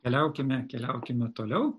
keliaukime keliaukime toliau